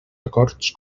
acords